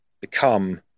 become